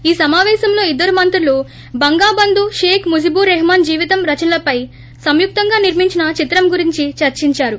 ఈ సమాపేశంలో ఇద్దరు మంత్రులు బంగాబందు షేక్ ముజిబూర్ రెహ్మాన్ జీవితం రచనలపై సంయుక్తంగా నిర్మించిన చిత్రం గురించి చర్చించారు